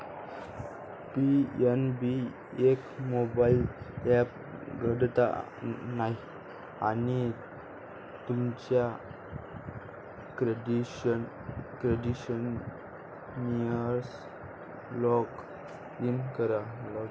PNB एक mobile app उघडा आणि तुमच्या क्रेडेन्शियल्ससह लॉग इन करा